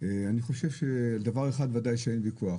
אני חושב שעל דבר אחד ודאי שאין ויכוח,